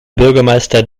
bürgermeister